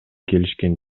келишкен